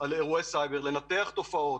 על אירוע סייבר, לנתח תופעות,